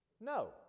No